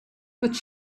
but